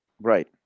right